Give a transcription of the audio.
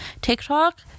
tiktok